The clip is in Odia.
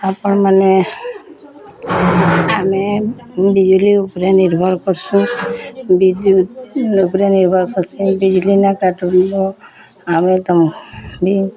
ଆପଣ୍ ମାନେ ଆମେ ବିଜୁଳି ଉପରେ ନିର୍ଭର୍ କର୍ସୁଁ ବିଦ୍ୟୁତ୍ ଉପ୍ରେ ନିର୍ଭର୍ କର୍ସିଁ ବିଜୁଳି ନାଇଁ କାଟୁନ୍ ଆମେ ତମ୍ କି